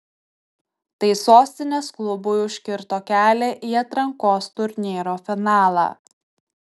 tai sostinės klubui užkirto kelią į atrankos turnyro finalą